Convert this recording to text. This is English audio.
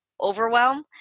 overwhelm